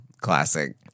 classic